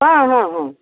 ହଁ ହଁ ହଁ